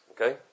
Okay